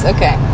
Okay